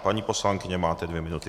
Paní poslankyně, máte dvě minuty.